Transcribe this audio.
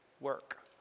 work